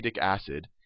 acid